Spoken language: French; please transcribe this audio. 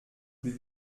plus